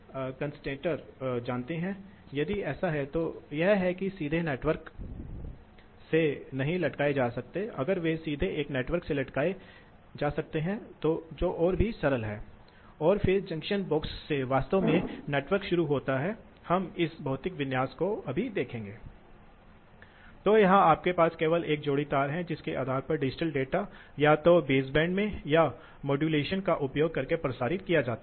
कुछ निरंतर K के साथ इसलिए यह एक संकीर्ण अवरोध है K का यह मान उच्च होने वाला है यदि यह K का खुला निर्माण मान कम और ऐसा होने वाला है इसलिए यदि आप ऐसा लोड Load कनेक्ट Connect करते हैं पंप के पार तब वे इंटेरसेक्ट करेंगे और यह ऑपरेटिंग बिंदु है इसलिए यह ऑपरेटिंग बिंदु है